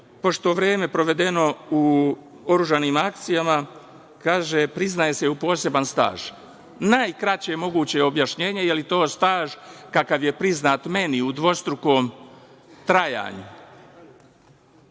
pošto vreme provedeno u oružanim akcijama, kaže, priznaje se u poseban staž. Najkraće moguće objašnjenje, jer to staž kakav je priznat meni, u dvostrukom trajanju. Dobro